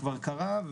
כבר קרה.